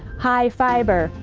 high fiber,